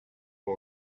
for